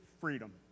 freedom